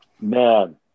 Man